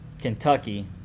Kentucky